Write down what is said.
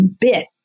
bit